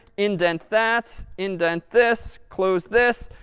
indent that, indent this, close this.